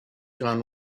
gone